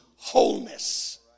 wholeness